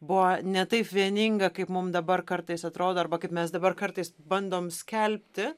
buvo ne taip vieninga kaip mum dabar kartais atrodo arba kaip mes dabar kartais bandom skelbti